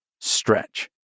stretch